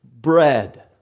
bread